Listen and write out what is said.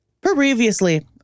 previously